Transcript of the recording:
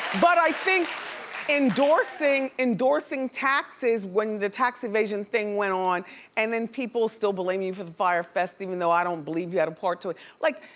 but i think endorsing endorsing taxes when the tax evasion thing went on and then people still blaming him for the fyre fest even though i don't believe you had a part to it. like